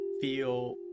feel